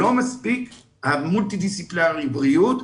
לא מספיק המולטי-דיסציפלינרי בריאות,